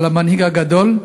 על המנהיג הגדול.